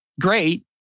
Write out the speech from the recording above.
Great